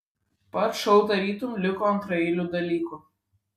pats šou tarytum liko antraeiliu dalyku